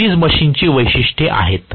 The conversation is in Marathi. हि सिरीज मशीनची वैशिष्ट्ये आहेत